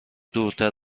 دورتر